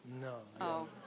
No